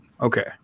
okay